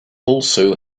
also